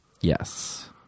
yes